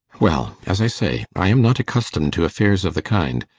well, as i say, i am not accustomed to affairs of the kind.